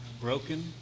broken